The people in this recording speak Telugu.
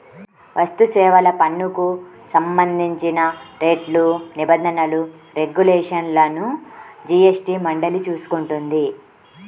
వస్తుసేవల పన్నుకు సంబంధించిన రేట్లు, నిబంధనలు, రెగ్యులేషన్లను జీఎస్టీ మండలి చూసుకుంటుంది